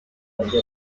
nyinshi